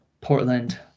portland